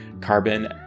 carbon